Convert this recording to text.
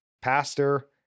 pastor